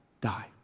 die